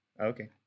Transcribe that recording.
Okay